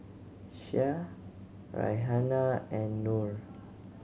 Syah Raihana and Nor